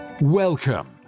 Welcome